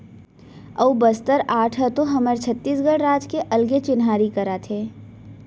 अऊ बस्तर आर्ट ह तो हमर छत्तीसगढ़ राज के एक अलगे चिन्हारी कराथे